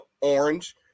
orange